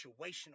situational